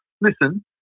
listen